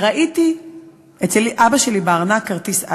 וראיתי אצל אבא שלי בארנק כרטיס "אדי".